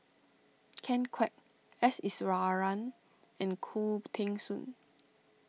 Ken Kwek S Iswaran and Khoo Teng Soon